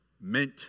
meant